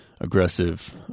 aggressive